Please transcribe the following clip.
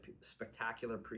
spectacular